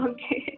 Okay